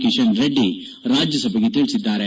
ಕಿರನ್ ರೆಡ್ಡಿ ರಾಜ್ಯಸಭೆಗೆ ತಿಳಿಸಿದ್ದಾರೆ